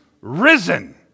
risen